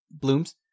Blooms